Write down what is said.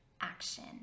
action